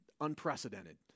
unprecedented